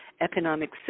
economic